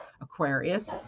Aquarius